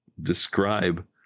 describe